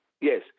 yes